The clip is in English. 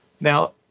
Now